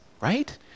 right